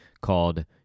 called